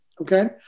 okay